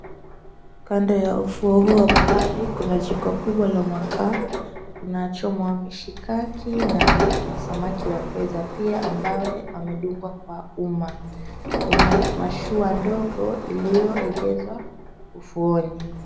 Kando ya ufuo huu wa bahari kuna jiko kubwa la makaa, kuna chomwa mishikaki na samaki wa pweza pia ambawe wadungwa kwa uma. Kuna mashua ndogo iliyoegezwa ufuoni.